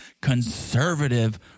conservative